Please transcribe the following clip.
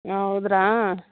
ಆಂ ಹೌದ್ರಾ